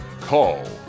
Call